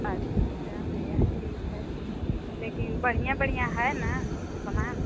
अच्छा भैया ठीक है लेकिन बढ़िया बढ़िया है ना सामान